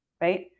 right